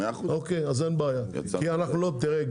תראה,